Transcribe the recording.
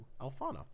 Alfano